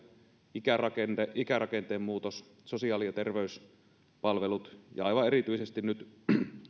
ikärakenteen ikärakenteen muutos ja sosiaali ja terveyspalvelut ja erityisesti